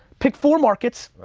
pick four markets,